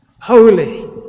holy